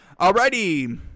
Alrighty